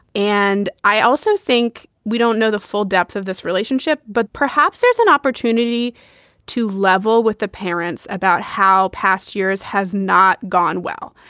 and i also think we don't know the full depth of this relationship, but perhaps there's an opportunity to level with the parents about how past years has not gone well.